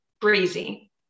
breezy